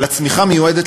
אבל הצמיחה מיועדת